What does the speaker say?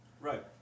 Right